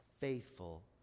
Faithful